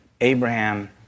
Abraham